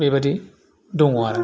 बेबायदि दङ आरो